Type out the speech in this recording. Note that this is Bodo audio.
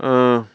ओ